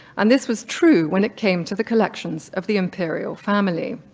and this was true when it came to the collections of the imperial family.